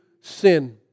sin